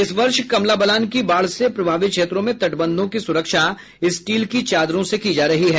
इस वर्ष कमला बलान की बाढ़ से प्रभावित क्षेत्रों में तटबंधों की सुरक्षा स्टील की चादरों से की जा रही है